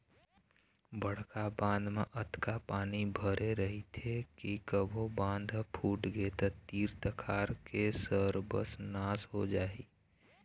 बड़का बांध म अतका पानी भरे रहिथे के कभू बांध ह फूटगे त तीर तखार के सरबस नाश हो जाही